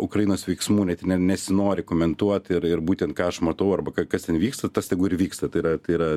ukrainos veiksmų net nesinori komentuot ir ir būtent ką aš matau arba kas ten vyksta tas tegu ir vyksta tai yra tai yra